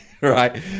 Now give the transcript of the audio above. Right